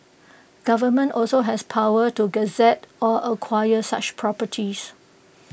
government also has powers to gazette or acquire such properties